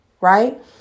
right